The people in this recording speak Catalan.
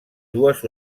dues